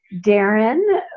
Darren